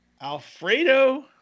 Alfredo